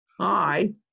Hi